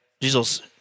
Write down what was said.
Jesus